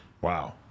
Wow